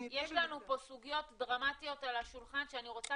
יש לנו פה סוגיות דרמטיות על השולחן שאני רוצה